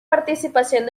participación